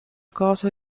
kaasa